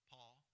Paul